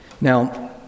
Now